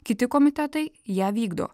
kiti komitetai ją vykdo